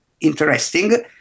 interesting